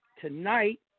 Tonight